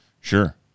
sure